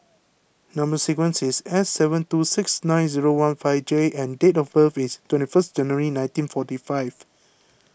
Number Sequence is S seven two six nine zero one five J and date of birth is twenty first January nineteen forty five